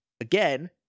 again